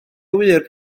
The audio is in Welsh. ŵyr